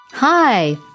Hi